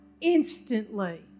instantly